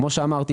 כמו שאמרתי.